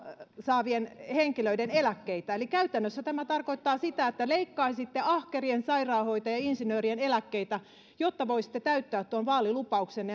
saavien henkilöiden eläkkeitä käytännössä tämä tarkoittaa sitä että leikkaisitte ahkerien sairaanhoitajien ja insinöörien eläkkeitä jotta voisitte täyttää tuon vaalilupauksenne